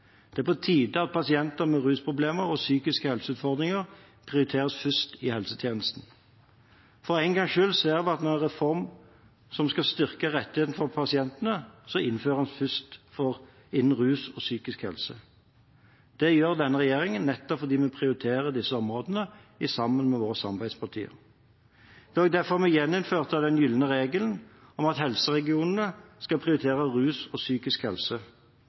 Det er på tide at pasienter med rusproblemer og psykiske helseutfordringer prioriteres først i helsetjenesten. For en gangs skyld ser vi at en reform som skal styrke rettighetene for pasientene, innføres først innen rus og psykisk helse. Det gjør denne regjeringen nettopp fordi vi prioriterer disse områdene, sammen med våre samarbeidspartier. Det var derfor vi gjeninnførte den gylne regelen om at helseregionene skal prioritere rus og psykisk helse,